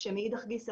כשמאידך גיסא,